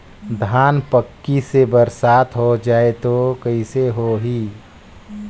धान पक्की से बरसात हो जाय तो कइसे हो ही?